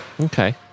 Okay